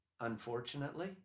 Unfortunately